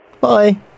Bye